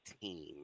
team